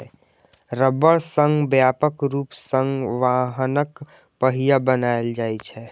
रबड़ सं व्यापक रूप सं वाहनक पहिया बनाएल जाइ छै